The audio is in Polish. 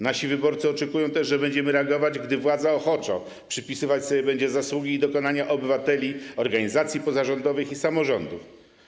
Nasi wyborcy oczekują też, że będziemy reagować, gdy władza ochoczo będzie przypisywać sobie zasługi i dokonania obywateli, organizacji pozarządowych i samorządów.